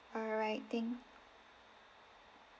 alright thank